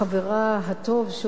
שעובד חדר מולה,